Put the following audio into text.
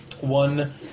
one